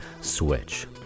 Switch